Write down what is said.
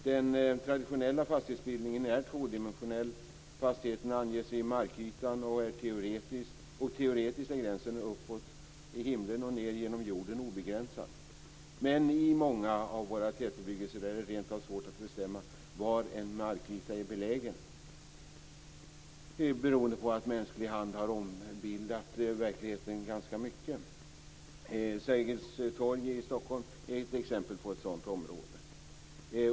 Den traditionella fastighetsbildningen är tvådimensionell. Fastigheten anges i markytan och teoretiskt är gränsen uppåt i himlen och neråt i jorden obegränsad. Men i många av våra tätbebyggelser är det rent av svårt att bestämma var en markyta är belägen beroende på att mänsklig hand har ombildat verkligheten ganska mycket. Sergels torg i Stockholm är ett exempel på ett sådant område.